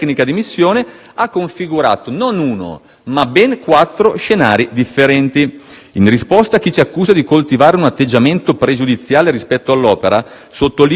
ma ben quattro scenari differenti. In risposta a chi ci accusa di coltivare un atteggiamento pregiudiziale rispetto all'opera, sottolineo che uno degli scenari ha come base